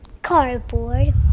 Cardboard